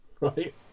Right